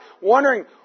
wondering